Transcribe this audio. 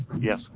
Yes